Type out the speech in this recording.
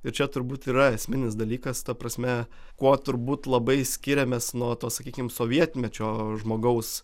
ir čia turbūt yra esminis dalykas ta prasme kuo turbūt labai skiriamės nuo to sakykim sovietmečio žmogaus